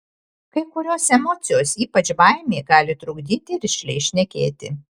kai kurios emocijos ypač baimė gali trukdyti rišliai šnekėti